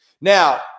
Now